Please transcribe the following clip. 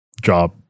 job